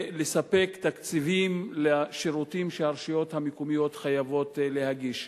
לספק תקציבים לשירותים שהרשויות המקומיות חייבות להגיש.